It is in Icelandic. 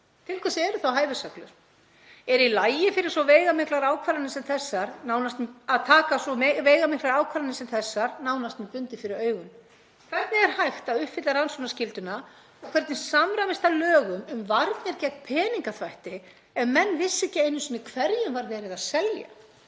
Til hvers eru þá hæfisreglur? Er í lagi að taka svo veigamiklar ákvarðanir sem þessar nánast með bundið fyrir augun? Hvernig er hægt að uppfylla rannsóknarskylduna? Hvernig samræmist það lögum um varnir gegn peningaþvætti ef menn vissu ekki einu sinni hverjum var verið að selja?